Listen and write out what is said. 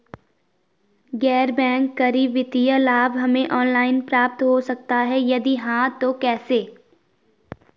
गैर बैंक करी वित्तीय लाभ हमें ऑनलाइन प्राप्त हो सकता है यदि हाँ तो कैसे?